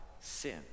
sin